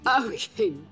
Okay